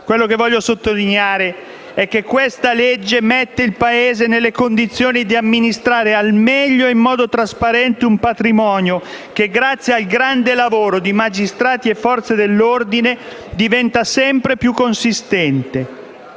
Quello che voglio sottolineare è che il provvedimento all'esame mette il Paese nelle condizioni di amministrare al meglio e in modo trasparente un patrimonio che, grazie al grande lavoro di magistrati e Forze dell'ordine, diventa sempre più consistente;